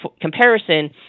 comparison